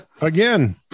Again